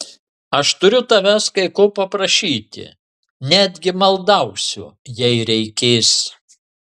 aš turiu tavęs kai ko paprašyti netgi maldausiu jei reikės